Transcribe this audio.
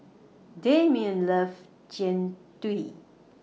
Damion loves Jian Dui